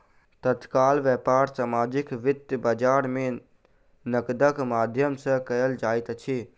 तत्काल व्यापार सामाजिक वित्तीय बजार में नकदक माध्यम सॅ कयल जाइत अछि